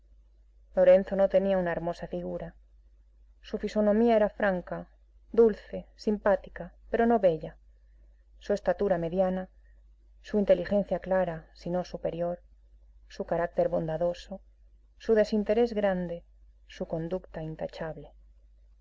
lorenzo no tenía una hermosa figura su fisonomía era franca dulce simpática pero no bella su estatura mediana su inteligencia clara si no superior su carácter bondadoso su desinterés grande su conducta intachable